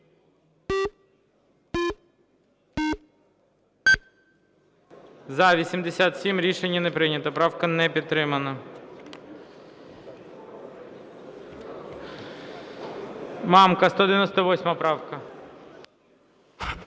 За-87 Рішення не прийнято. Правка не підтримана. Мамка, 198 правка.